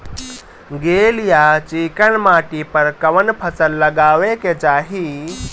गील या चिकन माटी पर कउन फसल लगावे के चाही?